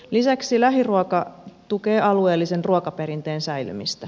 lisäksi lähiruoka tukee alueellisen ruokaperinteen säilymistä